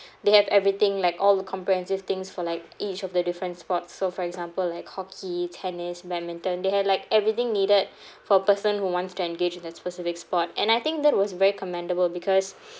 they have everything like all the comprehensive things for like each of the different sports so for example like hockey tennis badminton they had like everything needed for a person who wants to engage in that specific sport and I think that was very commendable because